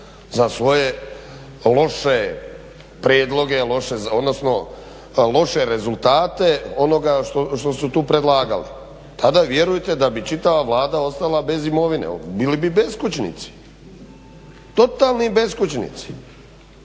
za svoje loše prijedloge, loše odnosno loše rezultate onoga što su tu predlagali. Tada vjerujte da bi čitava Vlada ostala bez imovine, bili bi beskućnici, totalni beskućnici.